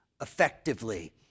effectively